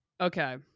Okay